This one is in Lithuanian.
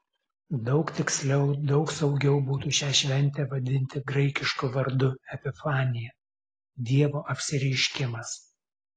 daug tiksliau daug saugiau būtų šią šventę vadinti graikišku vardu epifanija dievo apsireiškimas